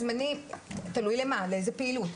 תלוי למה לאיזה פעילות,